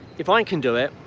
if i and can do it,